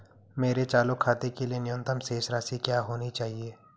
मेरे चालू खाते के लिए न्यूनतम शेष राशि क्या होनी चाहिए?